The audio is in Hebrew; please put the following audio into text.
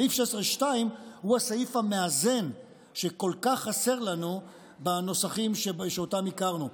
סעיף 16(2) הוא הסעיף המאזן שכל כך חסר לנו בנוסחים שאותם הכרנו.